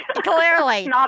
clearly